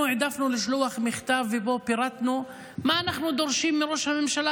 אנחנו העדפנו לשלוח מכתב ובו פירטנו מה אנחנו דורשים מראש הממשלה,